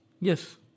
Yes